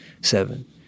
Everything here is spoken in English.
Seven